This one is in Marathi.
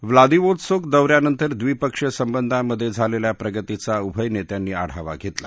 व्लादिवोत्सोक दौऱ्यानंतर द्विपक्षीय संबंधामधे झालेल्या प्रगतीचा उभय नेत्यांनी आढावा घेतला